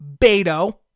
Beto